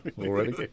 already